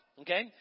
Okay